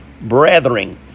brethren